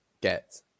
get